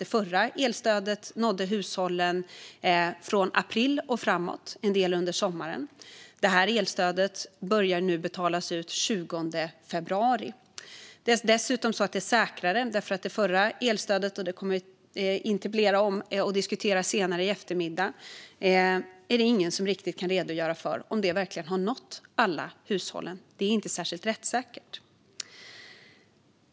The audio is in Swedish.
Det förra elstödet nådde hushållen från april och framåt, en del under sommaren. Det här elstödet börjar betalas ut den 20 februari. Det är dessutom säkrare. Ingen kan nämligen riktigt redogöra för om det förra elstödet - detta kommer vi att diskutera i en interpellationsdebatt senare i eftermiddag - verkligen nådde alla hushåll. Det var inte särskilt rättssäkert.